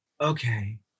okay